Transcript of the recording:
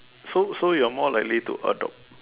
so so you're more likely to adopt